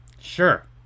Sure